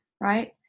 right